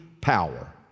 power